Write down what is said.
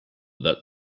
that